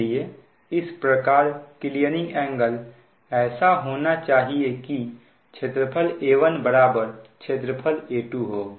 इसलिए इस प्रकार क्लीयरिंग एंगल ऐसा होना चाहिए कि क्षेत्रफल A1 क्षेत्रफल A2 हो